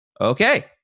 Okay